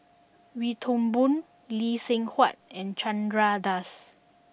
Wee Toon Boon Lee Seng Huat and Chandra Das